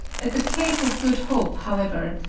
at the cape of good hope, however,